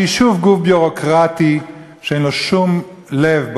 שהיא שוב גוף ביורוקרטי שאין לו שום לב,